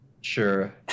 Sure